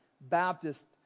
Baptist